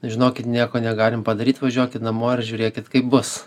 žinokit nieko negalim padaryt važiuokit namo ir žiūrėkit kaip bus